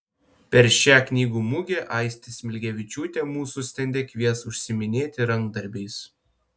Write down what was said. per šią knygų mugę aistė smilgevičiūtė mūsų stende kvies užsiiminėti rankdarbiais